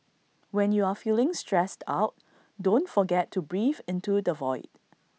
when you are feeling stressed out don't forget to breathe into the void